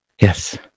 Yes